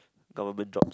government jobs